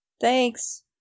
Thanks